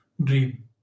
dream